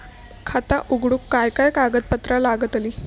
खाता उघडूक काय काय कागदपत्रा लागतली?